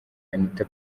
anita